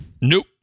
Nope